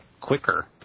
Quicker